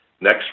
next